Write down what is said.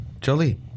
jolie